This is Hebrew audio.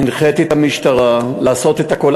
אני הנחיתי את המשטרה לעשות הכול,